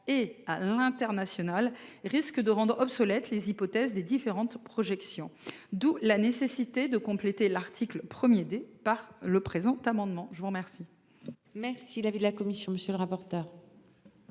et à l'international risque de rendre obsolètes les hypothèses des différentes projections. D'où la nécessité de compléter l'article 1D par le présent amendement. Quel